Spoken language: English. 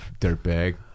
Dirtbag